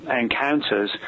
encounters